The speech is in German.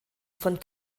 von